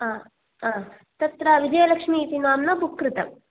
आ आ तत्र विजयलक्ष्मी इति नाम्ना बुक् कृतं